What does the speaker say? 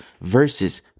versus